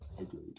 agreed